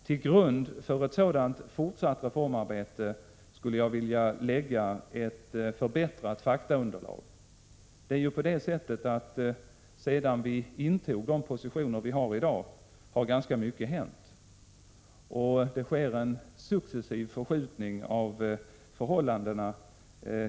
Till grund för ett sådant fortsatt reformarbete skulle jag vilja lägga ett förbättrat faktaunderlag. Sedan vi intog de positioner vi har i dag har nämligen ganska mycket hänt, och det sker en successiv förskjutning av förhållandena.